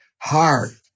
hard